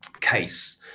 case